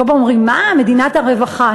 כל פעם אומרים: מה, מדינת הרווחה.